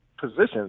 positions